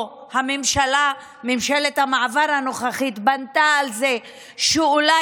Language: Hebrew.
או ממשלת המעבר הנוכחית בנתה על זה שאולי